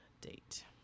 date